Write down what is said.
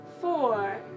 four